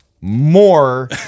more